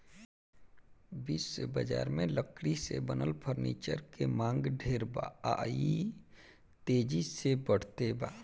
विश्व बजार में लकड़ी से बनल फर्नीचर के मांग ढेर बा आ इ तेजी से बढ़ते बा